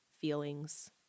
feelings